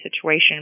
situation